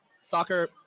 Soccer